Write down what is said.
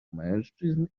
mężczyzn